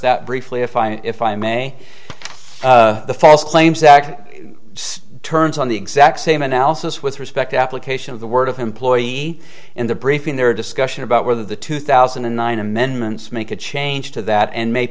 that briefly if i if i may the false claims act turns on the exact same analysis with respect application of the word of him ploy in the briefing there are discussion about whether the two thousand and nine amendments make a change to that and ma